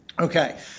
Okay